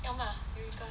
要 mah Eureka